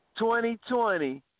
2020